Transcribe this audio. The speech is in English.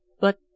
But